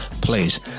please